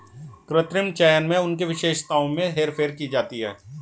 कृत्रिम चयन में उनकी विशेषताओं में हेरफेर की जाती है